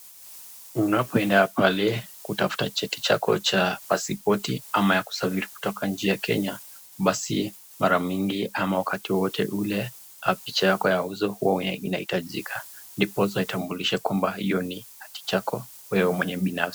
Unapoenda pale kutafuta cheti cha pasipoti ama kusafiri kutoka nchi ya Kenya, basi mara mingi ama wakati wowote ule, picha yako ya uzo huwa inahitajika, ndiposa itambushe kwamba hio ni hati chako wewe mwenyewe binafsi.